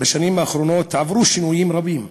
בשנים האחרונות עברו שינויים רבים,